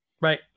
Right